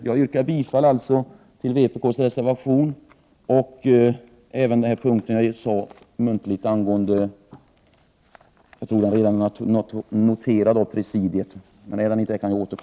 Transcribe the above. Jag yrkar alltså bifall till reservation 4 och till motionen Sk444, yrkande 16. Tack!